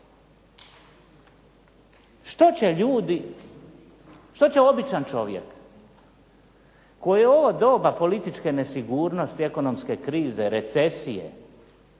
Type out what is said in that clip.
Što će ljudi, što će običan čovjek koji u ovo doba političke nesigurnosti, ekonomske krize, recesije